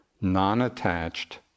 non-attached